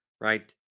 right